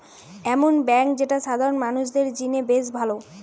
এমন বেঙ্ক যেটা সাধারণ মানুষদের জিনে বেশ ভালো